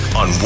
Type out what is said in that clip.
on